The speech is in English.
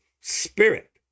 spirit